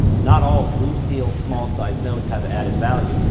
not all blue seal, small size notes have added value,